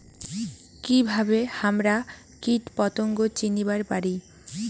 কিভাবে হামরা কীটপতঙ্গ চিনিবার পারি?